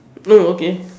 no okay